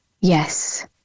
Yes